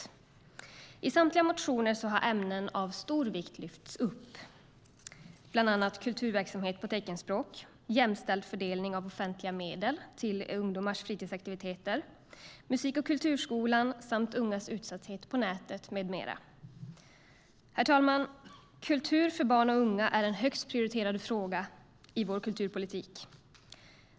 Herr talman! Kultur för barn och unga är en högst prioriterad fråga i vår kulturpolitik.